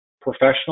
professional